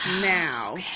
Now